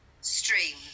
stream